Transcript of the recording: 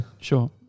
Sure